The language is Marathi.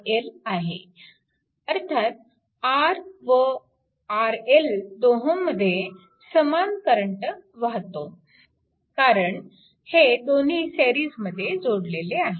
अर्थात R व RL दोहोंमध्ये समान करंट वाहतो कारण हे दोन्ही सिरीजमध्ये जोडलेले आहेत